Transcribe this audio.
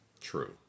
true